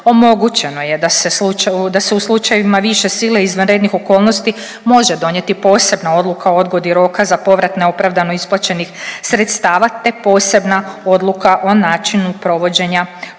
omogućeno je da se u slučajevima više sile, izvanrednih okolnosti može donijeti posebna odluka o odgodi roka za povrat neopravdano isplaćenih sredstava, te posebna odluka o načinu provođenja